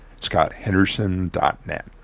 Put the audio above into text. scotthenderson.net